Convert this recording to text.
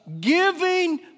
giving